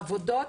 העבודות